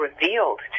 revealed